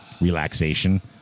relaxation